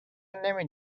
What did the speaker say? نمی